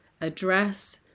address